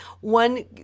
one